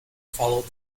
followed